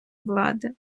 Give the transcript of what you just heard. влади